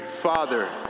Father